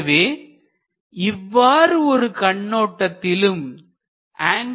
எனவே இவ்வாறு ஒரு கண்ணோட்டத்திலும் அங்குலர் டிபர்மேசன் என்பதை பார்க்கலாம்